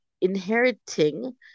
inheriting